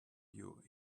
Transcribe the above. you